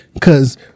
Cause